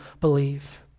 believe